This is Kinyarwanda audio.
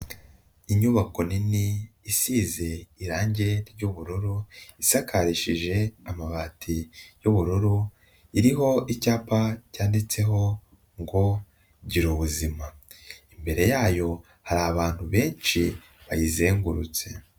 Inyubako nini, isize irangi ry'ubururu, isakarishije amabati y'ubururu, iriho icyapa cyanditseho ngo gira ubuzima, imbere yayo, hari abantu benshi bayizengurutse.